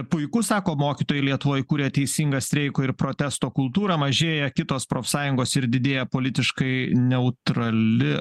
puiku sako mokytojai lietuvoj kuria teisingą streiko ir protesto kultūrą mažėja kitos profsąjungos ir didėja politiškai neutrali